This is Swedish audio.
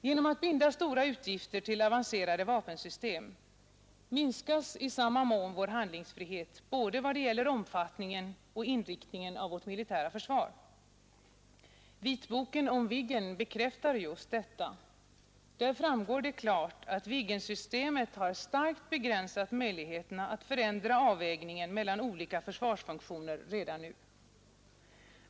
Genom att binda stora utgifter till avancerade vapensystem minskas i samma mån vår handlingsfrihet vad gäller både omfattningen och inriktningen av vårt militära försvar. Vitboken om Viggen bekräftar just detta. Där framgår det klart att Viggensystemet har starkt begränsat möjligheterna att förändra avvägningen mellan olika försvarsfunktioner redan nu.